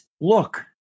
look